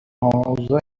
اوضاع